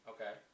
Okay